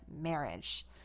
marriage